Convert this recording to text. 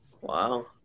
Wow